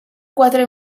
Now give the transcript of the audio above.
quatre